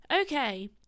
Okay